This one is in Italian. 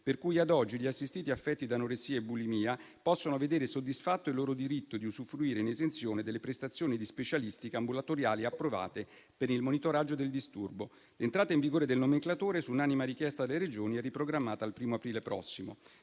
per cui ad oggi gli assistiti affetti da anoressia e bulimia possono vedere soddisfatto il loro diritto di usufruire in esenzione delle prestazioni di specialistica ambulatoriali approvate per il monitoraggio del disturbo. L'entrata in vigore del nomenclatore, su unanime richiesta delle Regioni, è riprogrammata al 1° aprile prossimo.